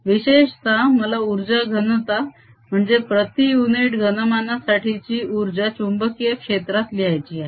विशेषतः मला उर्जा घनता म्हणजे प्रती युनिट घनमानासाठीची उर्जा चुंबकीय क्षेत्रात लिहायची आहे